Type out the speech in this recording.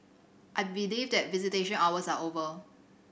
I believe that visitation hours are over